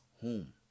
home